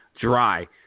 dry